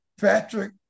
Patrick